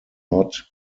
not